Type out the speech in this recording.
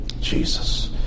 Jesus